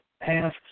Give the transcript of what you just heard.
half